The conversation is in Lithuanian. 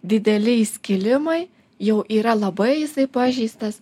dideli įskilimai jau yra labai jisai pažeistas